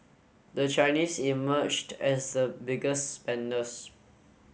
the Chinese emerged as the biggest spenders